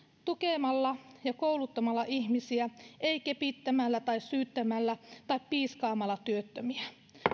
tukemalla ja kouluttamalla ihmisiä ei kepittämällä tai syyttämällä tai piiskaamalla työttömiä